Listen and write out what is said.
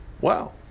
wow